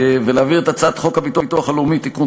ולהעביר את הצעת חוק הביטוח הלאומי (תיקון,